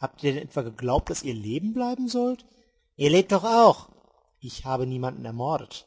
habt ihr denn etwa geglaubt daß ihr leben bleiben sollt ihr lebt doch auch ich habe niemanden ermordet